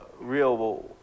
real